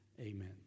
amen